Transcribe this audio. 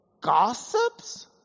gossips